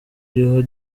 iriho